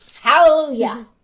Hallelujah